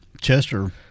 Chester